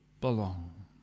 belong